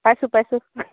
পাইছোঁ পাইছোঁ